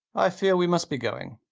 i fear we must be going.